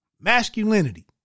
Masculinity